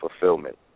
fulfillment